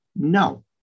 No